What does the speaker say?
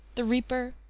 the reaper,